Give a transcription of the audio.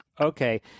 okay